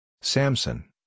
Samson